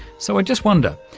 so i just wonder,